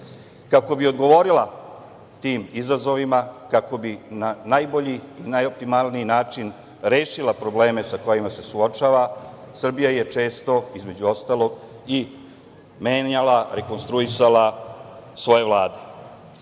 Kako bi odgovorila tim izazovima, kako bi na najbolji, najoptimalniji način rešila probleme sa kojima se suočava Srbija je često, između ostalog, i menjala, rekonstruisala svoje vlade. Inače,